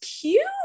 cute